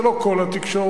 זה לא כל התקשורת,